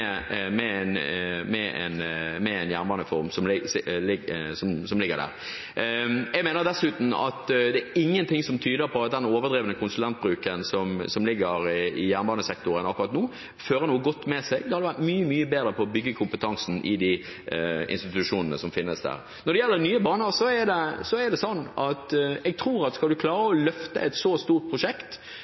med en jernbanereform som ligger der. Jeg mener dessuten at det er ingenting som tyder på at den overdrevne konsulentbruken som ligger i jernbanesektoren akkurat nå, fører noe godt med seg. Det hadde vært mye, mye bedre å bygge kompetansen i de institusjonene som finnes der. Når det gjelder Nye Baner, tror jeg at skal man klare å løfte et så stort prosjekt